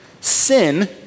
sin